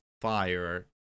fire